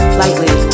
lightly